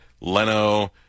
Leno